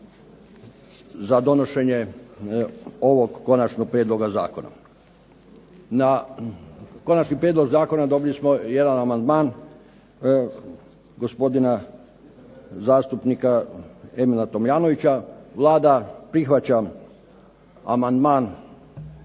za donošenje ovog Konačnog prijedloga zakona. Na Konačni prijedlog zakona dobili smo jedan amandman gospodina zastupnika Emila Tomljanovića, Vlada prihvaća amandman